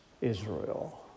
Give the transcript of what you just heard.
Israel